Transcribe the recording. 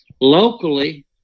Locally